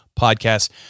podcast